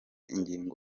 ingingo